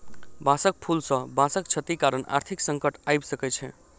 बांसक फूल सॅ बांसक क्षति कारण आर्थिक संकट आइब सकै छै